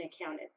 accounted